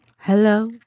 Hello